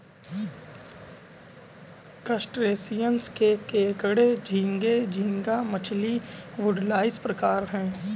crustaceans में केकड़े झींगे, झींगा मछली, वुडलाइस प्रकार है